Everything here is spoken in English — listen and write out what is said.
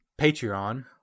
Patreon